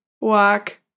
walk